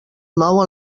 nou